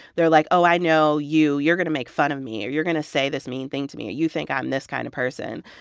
they're like, oh, i know you. you're going to make fun of me or you're going to say this mean thing to me you think i'm this kind of person.